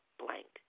blank